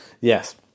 Yes